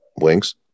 wings